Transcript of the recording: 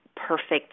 Perfect